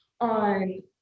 on